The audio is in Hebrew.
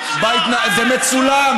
מה אתה מדבר בשם, הם לא נותנים לי לדבר.